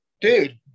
Dude